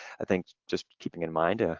i think just keeping in mind, ah